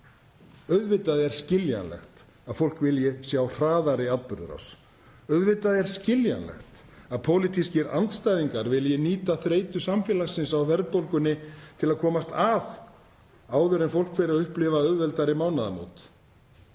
Auðvitað er skiljanlegt að fólk vilji sjá hraðari atburðarás, auðvitað er skiljanlegt að pólitískir andstæðingar vilji nýta þreytu samfélagsins á verðbólgunni til að komast að áður en fólk fer að upplifa auðveldari mánaðamót.